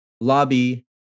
lobby